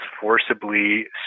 forcibly